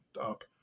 up